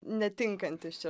netinkantis čia